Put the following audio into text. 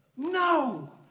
No